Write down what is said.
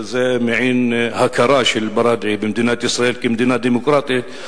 וזה מעין הכרה של אל-בראדעי במדינת ישראל כמדינה דמוקרטית,